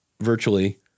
virtually